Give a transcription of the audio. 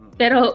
pero